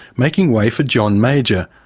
making way for john major,